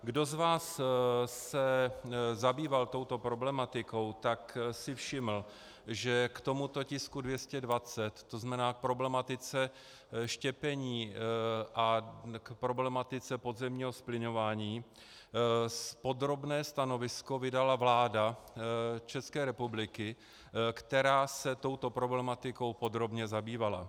Kdo z vás se zabýval touto problematikou, tak si všiml, že k tomuto tisku 220, to znamená k problematice štěpení a k problematice podzemního zplyňování, podrobné stanovisko vydala vláda České republiky, která se touto problematikou podrobně zabývala.